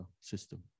system